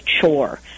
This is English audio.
chore